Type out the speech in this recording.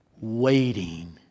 waiting